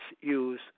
use